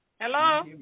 Hello